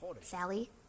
Sally